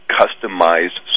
customized